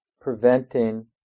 preventing